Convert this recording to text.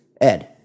Ed